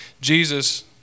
Jesus